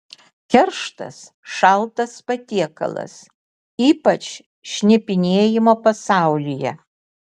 kerštas šaltas patiekalas ypač šnipinėjimo pasaulyje